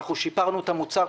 שיפרנו את המוצר,